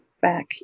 back